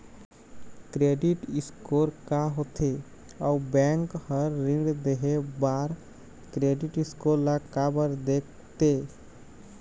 Credit score का होथे अउ बैंक हर ऋण देहे बार क्रेडिट स्कोर ला काबर देखते?